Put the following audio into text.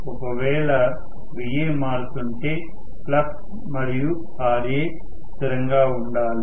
ఒకవేళVa మారుతుంటే ఫ్లక్స్ మరియుRa స్థిరంగా ఉంచాలి